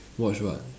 watch what